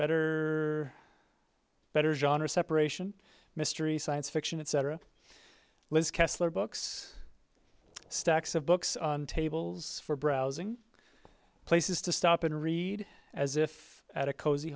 better better johner separation mystery science fiction etc liz kessler books stacks of books on tables for browsing places to stop and read as if at a co